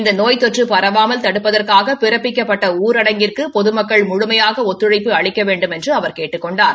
இந்த நோய் தொற்று பரவாமல் தடுப்பதற்காக பிறப்பிக்கப்பட்ட ஊரடங்கிற்கு பொதமக்கள் முழுமையாக ஒத்துழைப்பு அளிக்க வேண்டுமென்று அவர் கேட்டுக் கொண்டார்